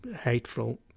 hateful